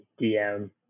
DM